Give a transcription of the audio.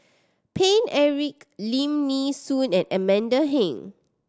Paine Eric Lim Nee Soon and Amanda Heng